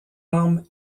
arme